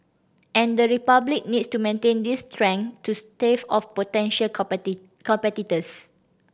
and the Republic needs to maintain these strength to stave off potential competitors